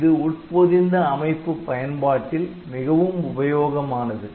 இது உட்பொதிந்த அமைப்பு பயன்பாட்டில் மிகவும் உபயோகமானது